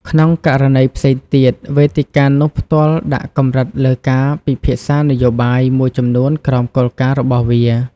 ក្នុងករណីផ្សេងទៀត វេទិកានោះផ្ទាល់ដាក់កម្រិតលើការពិភាក្សានយោបាយមួយចំនួនក្រោមគោលការណ៍របស់វា។